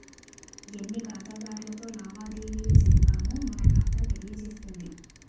ఎన్ని ఖాతాదారులతో లావాదేవీలు జరిపామో మన ఖాతా తెలియజేస్తుంది